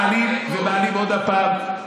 מעלים ומעלים עוד פעם,